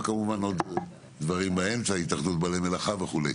וכמובן עוד דברים באמצע כמו התאחדות בעלי המלאכה וכו'.